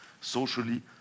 socially